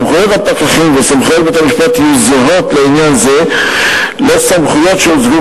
סמכויות הפקחים וסמכויות בית-המשפט יהיו זהות לעניין זה לסמכויות שהוצגו